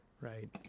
right